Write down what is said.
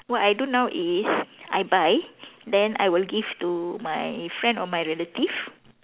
what I do now is I buy then I will give to my friend or my relative